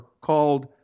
called